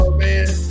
man